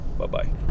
Bye-bye